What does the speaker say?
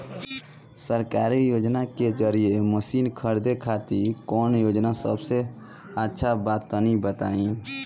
सरकारी योजना के जरिए मशीन खरीदे खातिर कौन योजना सबसे अच्छा बा तनि बताई?